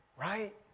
Right